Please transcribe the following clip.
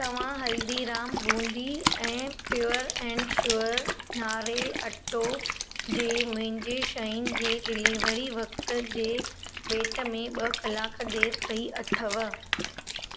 तव्हां हल्दीराम बूंदी ऐं pure and sure नारेल अटो जी मुंहिंजी शयुनि जे डिलीवरी वक़्त जे भेट में ॿ कलाक देरि कई अथव